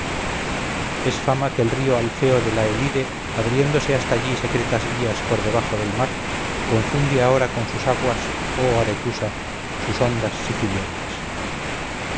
es fama que el río alfeo de la elide abriéndose hasta allí secretas vías por debajo del mar confunde ahora con sus aguas oh aretusa sus ondas sicilianas